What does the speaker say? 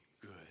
good